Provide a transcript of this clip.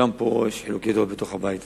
גם בזה יש חילוקי דעות בתוך הבית הזה.